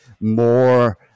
more